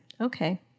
Okay